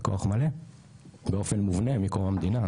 בכוח מלא באופן מובנה מקום המדינה,